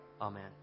Amen